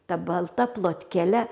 ta balta plotkele